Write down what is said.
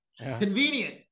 Convenient